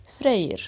Freyr